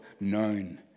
known